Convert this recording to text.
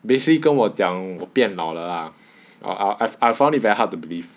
basically 跟我讲我变老了 lah I I I found it very hard to believe